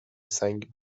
سنگ